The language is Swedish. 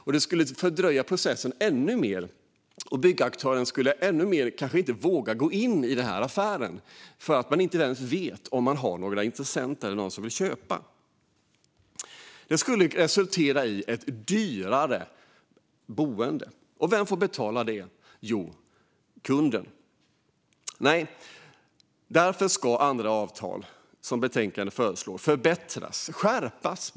Detta skulle fördröja processen ännu längre, och byggaktören kanske inte vågar gå in i affären om man inte vet om man har några intressenter. Det här skulle resultera i ett dyrare boende. Vem får betala det? Jo, kunden. Av detta skäl ska, så som föreslås i betänkandet, andra avtal förbättras och skärpas.